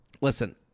Listen